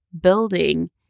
building